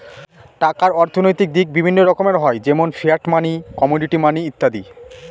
টাকার অর্থনৈতিক দিক বিভিন্ন রকমের হয় যেমন ফিয়াট মানি, কমোডিটি মানি ইত্যাদি